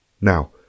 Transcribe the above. Now